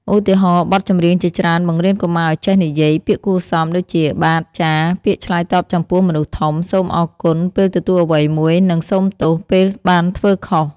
ឧទាហរណ៍ បទចម្រៀងជាច្រើនបង្រៀនកុមារឲ្យចេះនិយាយ ពាក្យគួរសម ដូចជា "បាទ/ចាស" ពេលឆ្លើយតបចំពោះមនុស្សធំ "សូមអរគុណ" ពេលទទួលអ្វីមួយ និង "សូមទោស" ពេលបានធ្វើខុស។